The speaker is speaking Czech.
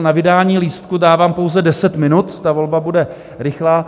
Na vydání lístků dávám pouze 10 minut, ta volba bude rychlá.